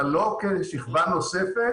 אבל לא כשכבה נוספת